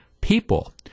people